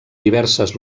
diverses